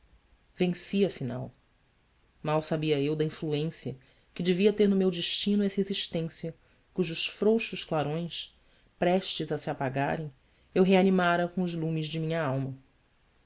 venci afinal mal sabia eu da influência que devia ter no meu destino essa existência cujos frouxos clarões prestes a se apagarem eu reanimara com os lumes de minha alma